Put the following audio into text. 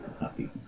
happy